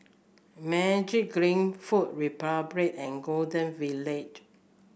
Magiclean Food Republic and Golden Village